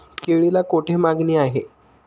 केळीला कोठे मागणी आहे?